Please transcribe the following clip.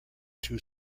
two